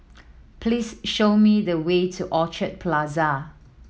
please show me the way to Orchard Plaza